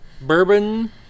bourbon